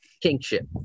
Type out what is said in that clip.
kingship